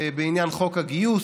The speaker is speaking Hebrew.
בעניין חוק הגיוס.